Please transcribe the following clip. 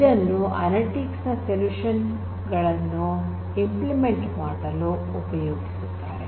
ಇದನ್ನು ಅನಲಿಟಿಕ್ಸ್ ನ ಸೊಲ್ಯೂಷನ್ ಗಳನ್ನು ಇಂಪ್ಲಿಮೆಂಟ್ ಮಾಡಲು ಉಪಯೋಗಿಸುತ್ತಾರೆ